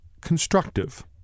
constructive